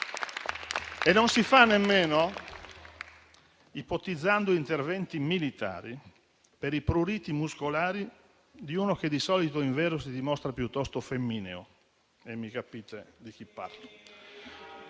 non si fa nemmeno ipotizzando interventi militari per i pruriti muscolari di uno che, di solito, invero, si dimostra piuttosto femmineo. E capite di chi parlo.